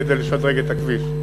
כדי לשדרג את הכביש.